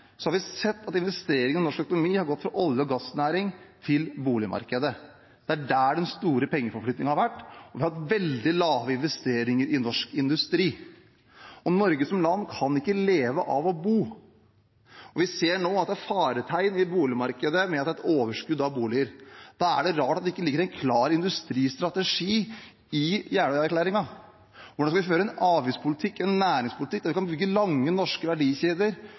Så er det det andre som er forunderlig: Når vi har sett at olje- og gassprisene har gått ned, har vi sett at investeringene i norsk økonomi har gått fra olje- og gassnæring til boligmarkedet. Det er der den store pengeforflytningen har vært, og vi har hatt veldig lave investeringer i norsk industri. Norge som land kan ikke leve av å bo, og vi ser nå faretegn i boligmarkedet ved at det er et overskudd av boliger. Da er det rart at det ikke ligger en klar industristrategi i Jeløya-erklæringen. Hvordan skal vi føre en avgiftspolitikk